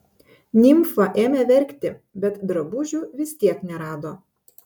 nimfa ėmė verkti bet drabužių vis tiek nerado